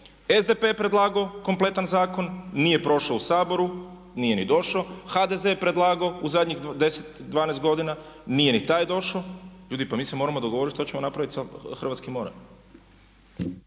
SDP je predlagao kompletan zakon, nije prošao u Saboru, nije ni došao. HDZ je predlagao u zadnjih 10, 12 godina nije ni taj došao. Ljudi, pa mi se moramo dogovoriti što ćemo napraviti sa hrvatskim morem.